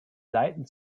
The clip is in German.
seiten